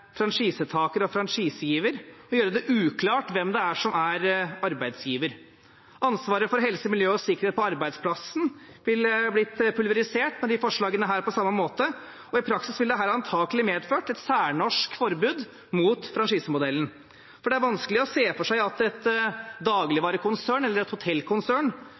franchisetaker og franchisegiver og gjøre det uklart hvem som er arbeidsgiver. Ansvaret for helse, miljø og sikkerhet på arbeidsplassen ville blitt pulverisert med disse forslagene, på samme måte, og i praksis ville dette antagelig medført et særnorsk forbud mot franchisemodellen. For det er vanskelig å se for seg at et dagligvarekonsern, eller et hotellkonsern,